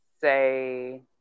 say